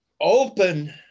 open